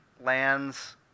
lands